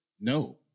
No